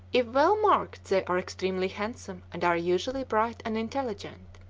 if well marked they are extremely handsome and are usually bright and intelligent.